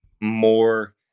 More